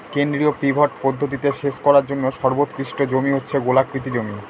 কেন্দ্রীয় পিভট পদ্ধতিতে সেচ করার জন্য সর্বোৎকৃষ্ট জমি হচ্ছে গোলাকৃতি জমি